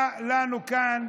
היה לנו כאן